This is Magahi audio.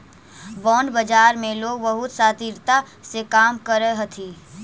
बॉन्ड बाजार में लोग बहुत शातिरता से काम करऽ हथी